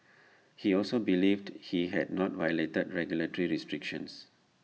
he also believed he had not violated regulatory restrictions